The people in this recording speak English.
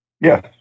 Yes